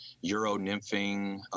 euro-nymphing